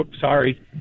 sorry